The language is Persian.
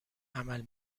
عمل